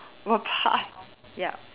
what part ya